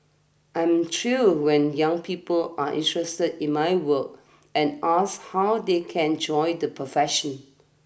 I'm thrilled when young people are interested in my work and ask how they can join the profession